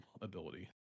ability